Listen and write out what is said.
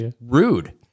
rude